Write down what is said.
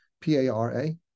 P-A-R-A